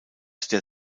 der